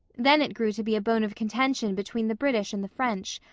then it grew to be a bone of contention between the british and the french,